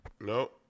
No